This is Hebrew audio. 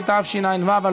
התשע"ו 2015,